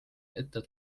ette